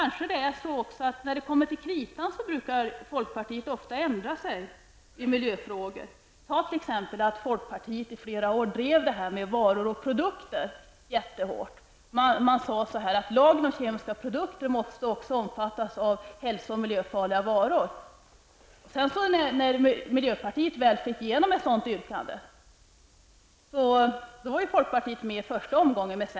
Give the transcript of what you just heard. När det kommer till kritan, brukar folkpartiet ofta ändra sig i miljöfrågor. Tag t.ex. att folkpartiet i flera år jättehårt drev detta med varor och produkter. Man sade att lagen om kemiska produkter måste omfatta också hälso och miljöfarliga varor. När miljöpartiet väl fick igenom ett sådant yrkande, var folkpartiet med i första omgången.